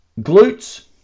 glutes